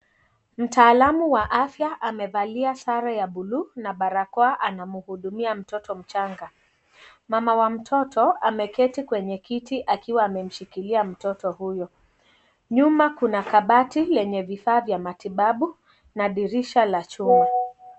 Mtaalamu wa afya amevalia sare ya bluu na barakoa anamhudumia mtoto mchanga . Mama wa mtoto ameketi kwenye kiti akiwa amemshikilia mtoto huyo, nyuma kuna kabati lenye vifaa vya matibabu na dirisha la chuma.